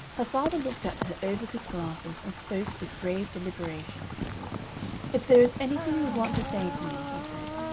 her father looked at her over his glasses and spoke with grave deliberation if there is anything you want to say to me, he said,